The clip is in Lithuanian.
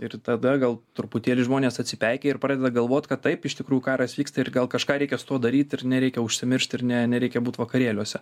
ir tada gal truputėlį žmonės atsipeikėja ir pradeda galvot kad taip iš tikrųjų karas vyksta ir gal kažką reikia su tuo daryt ir nereikia užsimiršt ir ne nereikia būti vakarėliuose